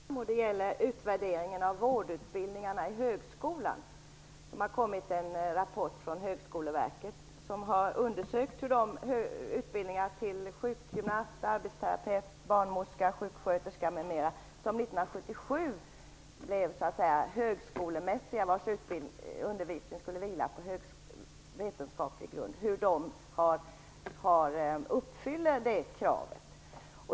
Fru talman! Jag har en fråga till utbildningsminister Carl Tham, och det gäller utvärderingen av vårdutbildningarna i högskolan. Det har kommit en rapport från Högskoleverket, som har undersökt hur de utbildningar till sjukgymnast, arbetsterapeut, barnmorska, sjuksköterska m.m. som 1977 blev högskolemässiga och vars undervisning skulle vila på vetenskaplig grund uppfyller detta krav.